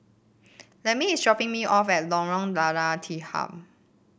Lempi is dropping me off at Lorong Lada Tiham